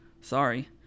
sorry